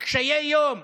קשי יום,